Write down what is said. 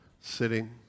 sitting